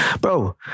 Bro